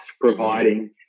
providing